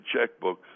checkbook